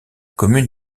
commune